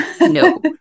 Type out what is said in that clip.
no